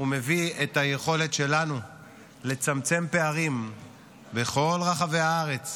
הוא מביא את היכולת שלנו לצמצם פערים בכל רחבי הארץ